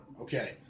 Okay